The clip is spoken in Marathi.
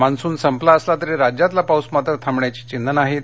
मान्सून संपला असला तरी राज्यातला पाऊस मात्र थांबण्याची चिन्हं नाहीत